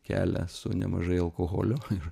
kelią su nemažai alkoholio ir